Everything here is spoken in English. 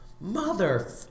mother